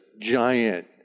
giant